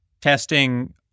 testing